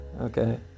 Okay